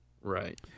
Right